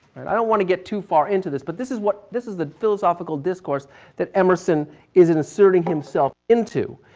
i don't want to get too far into this. but this is what, this is the philosophical discourse that emerson is inserting himself into.